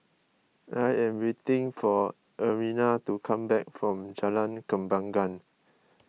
I am waiting for Ermina to come back from Jalan Kembangan